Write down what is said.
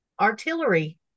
artillery